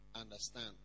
understand